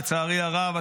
לצערי הרב,